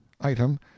item